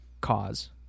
cause